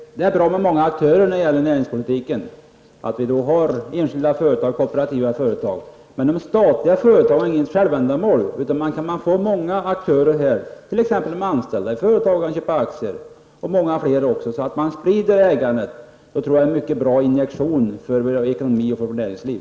Herr talman! Det är bra med många aktörer inom näringspolitiken. Det är också bra att det finns såväl enskilda som kooperativa företag. Det är inget självändamål att ha statliga företag. Man kan t.ex. få anställda i företagen och många andra att köpa aktier och på det viset sprida ägandet. Det tror jag är en bra injektion för vår ekonomi och för vårt näringsliv.